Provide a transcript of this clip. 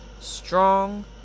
strong